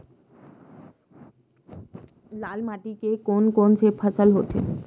लाल माटी म कोन कौन से फसल होथे?